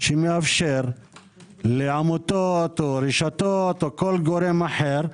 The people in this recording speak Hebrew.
שמאפשר לעמותות או רשתות או כל גורם אחר,